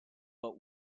but